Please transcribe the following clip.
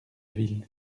ville